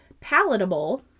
palatable